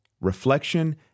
reflection